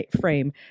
frame